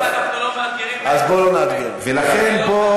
אנחנו לא מאתגרים, אבל למה הוא